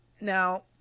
Now